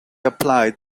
applied